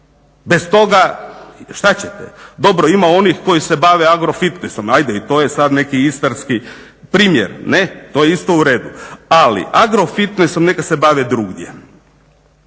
bez toga što ćete? Dobro ima onih koji se bave agro-fitnesom. Ajde i to je sad neki istarski primjer ne', to je isto u redu. Ali, agro-fitnesom neka se bave drugdje.